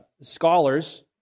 scholars